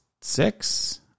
six